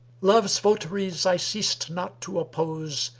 love's votaries i ceased not to oppose,